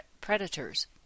predators